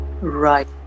Right